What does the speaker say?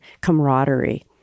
camaraderie